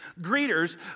greeters